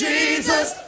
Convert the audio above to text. Jesus